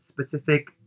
specific